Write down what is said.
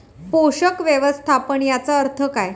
पोषक व्यवस्थापन याचा अर्थ काय?